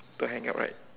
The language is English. don't hang up right